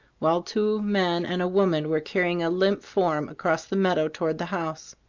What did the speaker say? while two men and a woman were carrying a limp form across the meadow toward the house.